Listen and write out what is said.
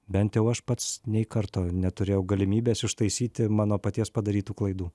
bent jau aš pats nei karto neturėjau galimybės ištaisyti mano paties padarytų klaidų